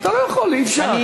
אתה לא יכול, אי-אפשר.